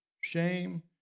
shame